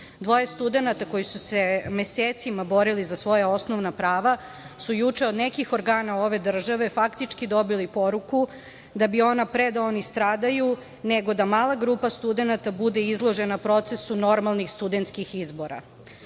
Dvoje studenata koji su se mesecima borili za svoja osnovna prava su juče od nekih organa ove države faktički dobili poruku da bi ona da pre oni stradaju nego da mala grupa studenata bude izložena procesu normalnih studentskih izbora.